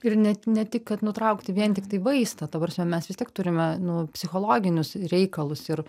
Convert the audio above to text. ir ne ne tik kad nutraukti vien tiktai vaistą ta prasme mes vis tiek turime nu psichologinius reikalus ir